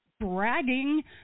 bragging